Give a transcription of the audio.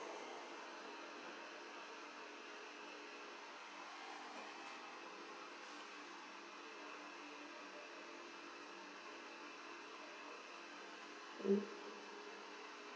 mm